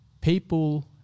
People